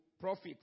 profit